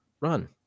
run